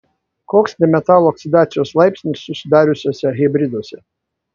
koks nemetalų oksidacijos laipsnis susidariusiuose hidriduose